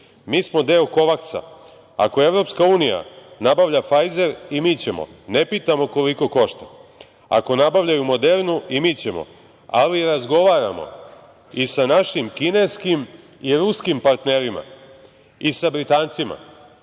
Mi smo deo „Kovaksa“, ako EU nabavlja „Fajzer“ i mi ćemo, ne pitamo koliko košta. Ako nabavljaju „Modernu“ i mi ćemo, ali razgovaramo i sa našim kineskim i ruskim partnerima i sa Britancima.